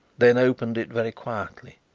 then opened it very quietly,